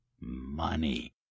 money